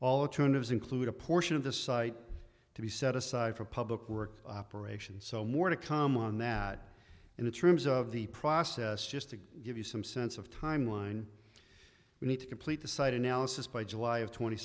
alternatives include a portion of the site to be set aside for public work operations so more to come on that and the trims of the process just to give you some sense of timeline we need to complete the site analysis by july of twenty